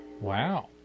wow